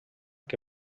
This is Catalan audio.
que